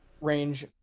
range